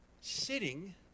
sitting